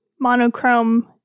monochrome